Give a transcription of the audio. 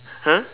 !huh!